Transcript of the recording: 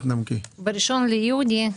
21 אחוזים לקדם כרגיל.